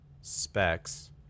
specs